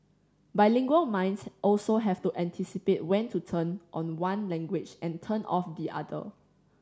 bilingual minds also have to anticipate when to turn on one language and turn off the other